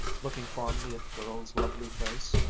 looking fondly at the girl's lovely face,